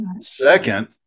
Second